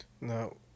No